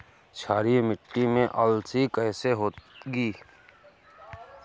क्षारीय मिट्टी में अलसी कैसे होगी?